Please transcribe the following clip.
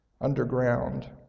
underground